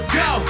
go